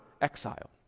exile